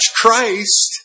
Christ